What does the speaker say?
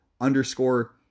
underscore